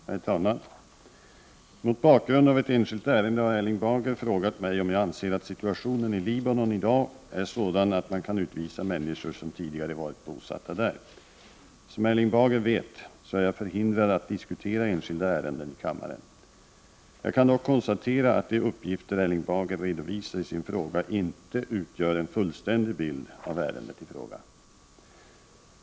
Herr talman! Mot bakgrund av ett enskilt ärende har Erling Bager frågat mig om jag anser att situationen i Libanon i dag är sådan att man kan utvisa människor som tidigare varit bosatta där. Som Erling Bager vet så är jag förhindrad att diskutera enskilda ärenden i riksdagens kammare. Jag kan dock konstatera att de uppgifter Erling Bager redovisar i sin fråga inte utgör en fullständig bild av ärendet i fråga.